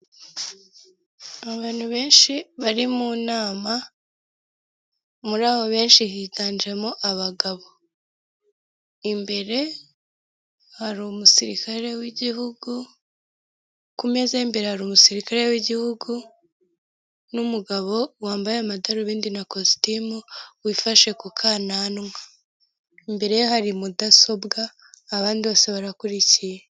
Abantu benshi bari mu nama muri abo benshi higanjemo abagabo, imbere hari umusirikare w'igihugu, ku meza y'imbere hari umusirikare w'igihugu n'umugabo wambaye amadarubindi na kositimu wifashe ku kananwa imbere ye hari mudasobwa abandi bose barakurikiye.